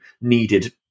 needed